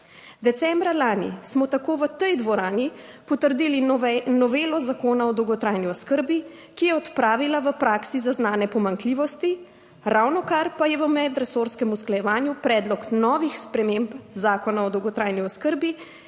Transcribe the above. Decembra lani smo tako v tej dvorani potrdili novelo Zakona o dolgotrajni oskrbi, ki je odpravila v praksi zaznane pomanjkljivosti, ravnokar pa je v medresorskem usklajevanju predlog novih sprememb zakona o dolgotrajni oskrbi,